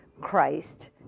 Christ